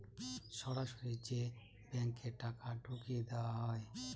সরাসরি যে ব্যাঙ্কে টাকা ঢুকিয়ে দেওয়া হয়